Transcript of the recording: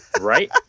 right